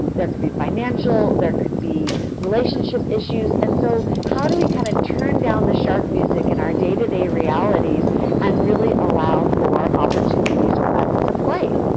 there could be financial, there could be relationship relationship issues, and so how do we kind of turn down the shark music in our day to day realities and really allow for opportunities for us to play?